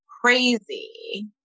crazy